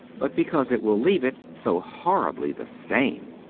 but because it will leave it so horribly the same.